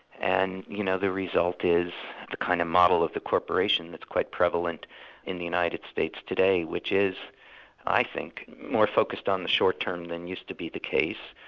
and you know the result is the kind of model of the corporation that's quite prevalent in the united states today, which is i think, more focused on the short term than used to be the case,